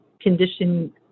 condition